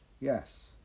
Yes